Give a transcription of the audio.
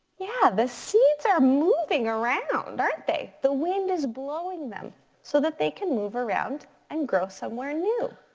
yeah, the seeds are moving around, aren't they? the wind is blowing them so that they can move around and grow somewhere new.